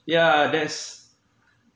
yeah that's